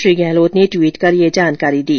श्री गहलोत ने ट्वीट कर ये जानकारी दी